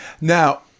Now